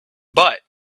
but